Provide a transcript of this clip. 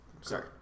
sorry